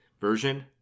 version